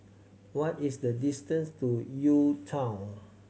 what is the distance to UTown